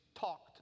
talked